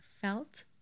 felt